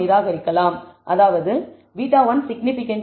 அதாவது β1 சிக்னிபிகன்ட் ஆகும்